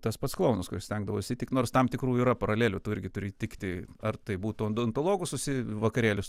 tas pats klounas kuris stengdavosi tik nors tam tikrų yra paralelių tu irgi turi įtikti ar tai būtų odontologo susi vakarėlis